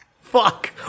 Fuck